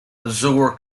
azure